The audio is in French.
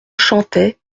chantaient